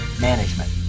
management